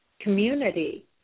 community